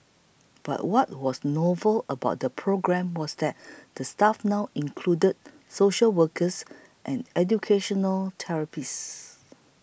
but what was novel about the programme was that the staff now included social workers and educational therapists